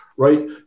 right